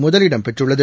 முதலிடம் பெற்றுள்ளது